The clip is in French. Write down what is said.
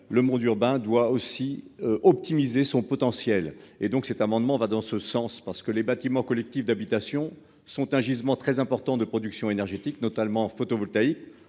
le monde urbain doit aussi optimiser son potentiel et donc cet amendement va dans ce sens parce que les bâtiments collectifs d'habitations sont un gisement très importants de production énergétique notamment photovoltaïque